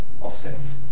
offsets